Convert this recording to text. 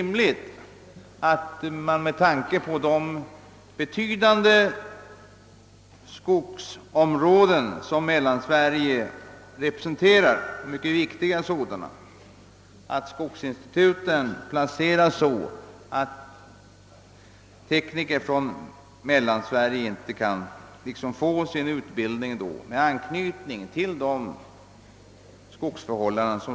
Med tanke på de betydande skogsområden som Mellansverige representerar finner vi det inte rimligt att skogsinstituten placeras så, att tekniker från Mellansverige inte kan få utbildning med anknytning till sina egna skogsförhållanden.